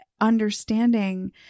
understanding